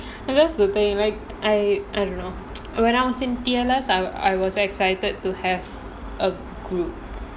that's the thing like I I don't know when I was in I was excited to have a group